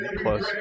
plus